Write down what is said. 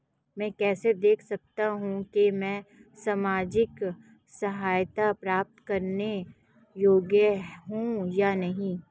मैं कैसे देख सकता हूं कि मैं सामाजिक सहायता प्राप्त करने योग्य हूं या नहीं?